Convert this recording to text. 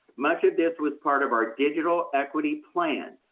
much of this was part of our digital equity plan,